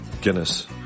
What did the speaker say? Guinness